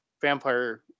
vampire